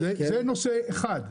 זה נושא אחד.